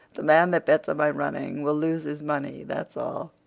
the man that bets on my running will lose his money, that's all.